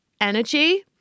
energy